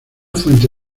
fuente